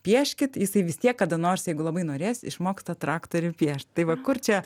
pieškit jisai vis tiek kada nors jeigu labai norės išmoks tą traktori piešt tai va kur čia